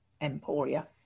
emporia